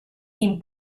teen